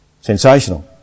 Sensational